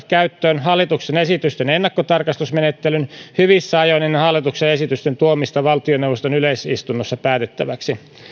käyttöön hallituksen esitysten ennakkotarkastusmenettelyn hyvissä ajoin ennen hallituksen esitysten tuomista valtioneuvoston yleisistunnossa päätettäväksi